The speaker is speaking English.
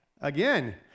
again